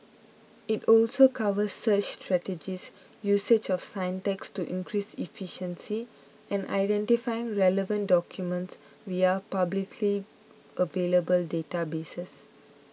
it also covers search strategies usage of syntax to increase efficiency and identifying relevant documents via publicly available databases